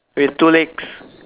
with two legs